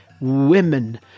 women